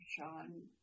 Sean